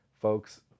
folks